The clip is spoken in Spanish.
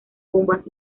bombas